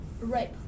rape